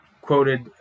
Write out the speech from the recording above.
quoted